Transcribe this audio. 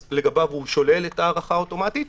אז לגביו הוא שולל את ההארכה האוטומטית.